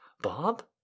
Bob